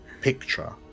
picture